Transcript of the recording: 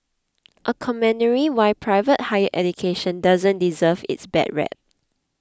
a commentary why private higher education doesn't deserve its bad rep